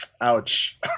ouch